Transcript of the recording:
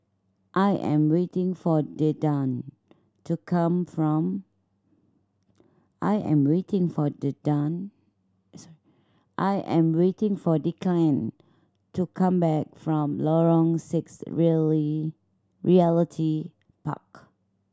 I am waiting for to come from I am waiting for I am waiting for Declan to come back from Lorong six Really Realty Park